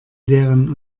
leeren